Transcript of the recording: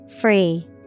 Free